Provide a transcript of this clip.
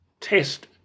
test